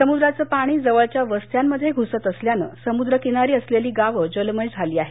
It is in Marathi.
समुद्राचं पाणी जवळच्या वस्त्यांमध्ये घुसत असल्यान समुद्रकिनारी असलेली गावं जलमय झाली आहेत